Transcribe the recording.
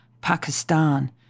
Pakistan